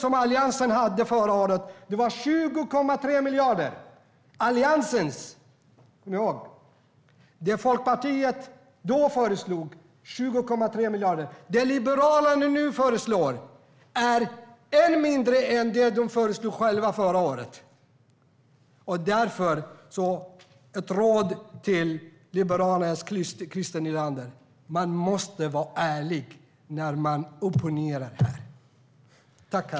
I Alliansens budget förra året var det 20,3 miljarder - kom ihåg det! Det Liberalerna nu föreslår är ännu mindre än vad de föreslog förra året. Därför är ett råd till Liberalernas Christer Nylander: Man måste vara ärlig när man opponerar sig här.